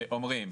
אומרות